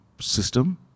system